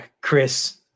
Chris